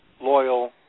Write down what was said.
loyal